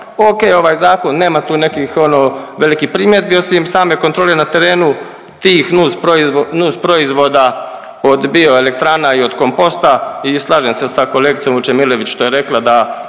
ok ovaj zakon nema tu nekih ono velikih primjedbi osim same kontrole na terenu tih nus proizvoda od bioelektrana i od komposta i slažem se sa kolegicom Vučemilović što je rekla da